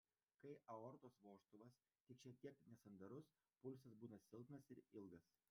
kai aortos vožtuvas tik šiek tiek nesandarus pulsas būna silpnas ir ilgas